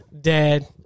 Dad